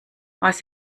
was